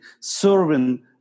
serving